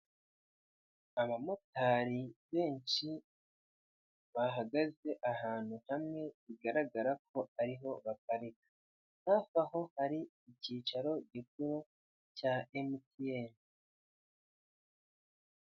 Abamotari benshi bahagaze ahantu hamwe bigaragarako ariho baparika hafi aho hari icyicaro gikuru cya MTN.